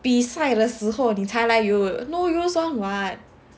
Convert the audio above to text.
比赛的时候你才来游泳 no use [one] [what]